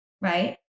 Right